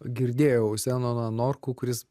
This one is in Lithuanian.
girdėjau senoną norkų kuris